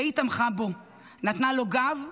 והיא תמכה בו, נתנה לו גב,